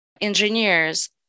engineers